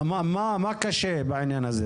מה קשה בעניין הזה?